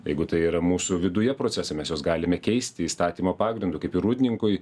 jeigu tai yra mūsų viduje procese mes juos galime keisti įstatymo pagrindu kaip ir rūdninkui